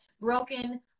broken